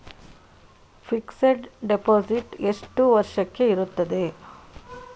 Fixed deposit ಎಷ್ಟು ವರ್ಷಕ್ಕೆ ಇರುತ್ತದೆ?